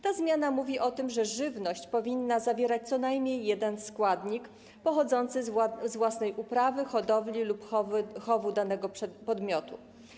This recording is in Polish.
Ta zmiana mówi o tym, że żywność powinna zawierać co najmniej jeden składnik pochodzący z własnej uprawy, hodowli lub chowu danego podmiotu.